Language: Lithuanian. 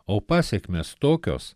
o pasekmės tokios